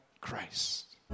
Christ